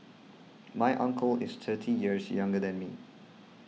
my uncle is thirty years younger than me